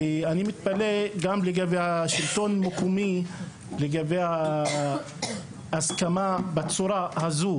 ואני מתפלא גם לגבי השלטון המקומי לגבי ההסכמה בצורה הזו,